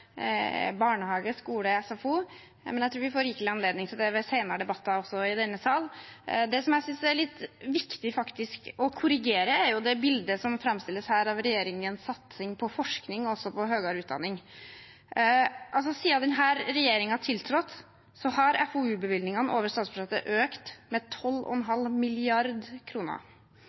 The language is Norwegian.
barnehage, skole og SFO. Jeg tror vi får rikelig anledning til det i senere debatter også i denne sal. Det jeg synes er litt viktig å korrigere, er det bildet som framstilles her av regjeringens satsing på forskning og høyere utdanning. Siden denne regjeringen tiltrådte, har FoU-bevilgningene over statsbudsjettet økt med 12,5